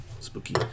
Spooky